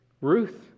Ruth